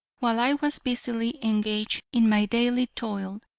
while i was busily engaged in my daily toil,